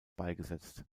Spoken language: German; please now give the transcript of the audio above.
beigesetzt